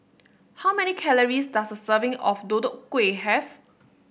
how many calories does a serving of Deodeok Gui have